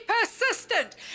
persistent